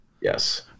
Yes